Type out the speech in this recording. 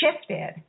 shifted